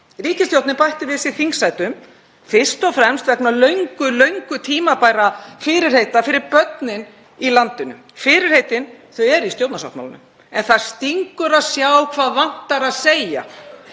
Ríkisstjórnin bætti við sig þingsætum fyrst og fremst vegna löngu tímabærra fyrirheita fyrir börnin í landinu. Fyrirheitin eru í stjórnarsáttmálanum en það stingur að sjá hvað vantar að segja.